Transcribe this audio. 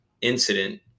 incident